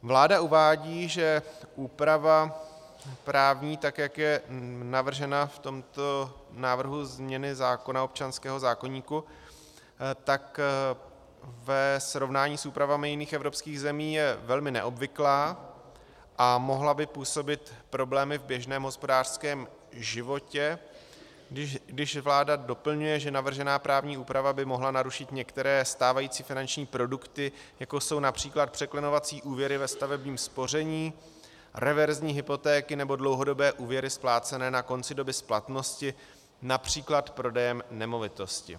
Vláda uvádí, že úprava právní, tak jak je navržena v tomto návrhu změny zákona občanského zákoníku, je ve srovnání s úpravami jiných evropských zemí velmi neobvyklá a mohla by působit problémy v běžném hospodářském životě, když vláda doplňuje, že navržená právní úprava by mohla narušit některé stávající finanční produkty, jako jsou např. překlenovací úvěry ve stavebním spoření, reverzní hypotéky nebo dlouhodobé úvěry splácené na konci doby splatnosti např. prodejem nemovitosti.